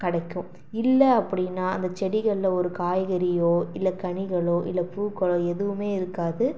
கிடைக்கும் இல்லை அப்படின்னா அந்த செடிகளில் ஒரு காய்கறியோ இல்லை கனிகளோ இல்லை பூக்களோ எதுவுமே இருக்காது